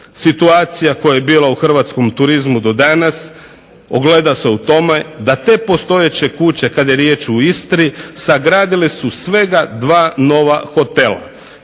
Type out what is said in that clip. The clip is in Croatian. situacija koja je bila u Hrvatskom turizmu do danas ogleda se u tome da ate postojeće kuće kada je riječ u Istri sagradile su svega dva nova hotela,